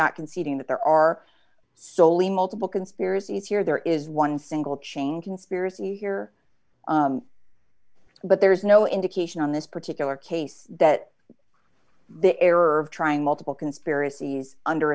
not conceding that there are solely multiple conspiracies here there is one single chain conspiracy here but there is no indication on this particular case that the error of trying multiple conspiracies under